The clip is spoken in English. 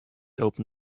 open